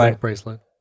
bracelet